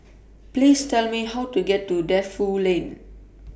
Please Tell Me How to get to Defu Lane